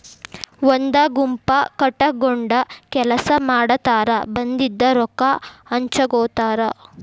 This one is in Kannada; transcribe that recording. ಒಂದ ಗುಂಪ ಕಟಗೊಂಡ ಕೆಲಸಾ ಮಾಡತಾರ ಬಂದಿದ ರೊಕ್ಕಾ ಹಂಚಗೊತಾರ